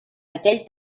aquell